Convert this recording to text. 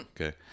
okay